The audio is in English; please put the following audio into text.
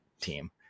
team